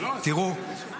בסוף